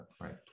right